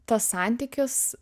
tas santykis